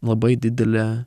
labai didelė